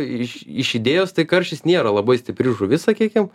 iš iš idėjos tai karšis nėra labai stipri žuvis sakykim